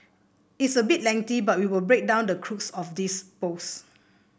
it is a bit lengthy so we will break down the crux of his post